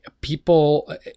people